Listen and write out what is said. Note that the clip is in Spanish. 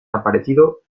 aparecido